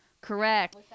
Correct